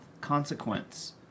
consequence